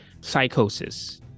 psychosis